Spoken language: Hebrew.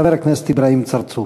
חבר הכנסת אברהים צרצור.